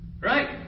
Right